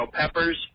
peppers